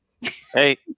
Hey